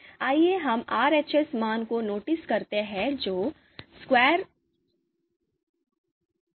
आइए हम RAS मान को नोटिस करते हैं जोfi viहै